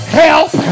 help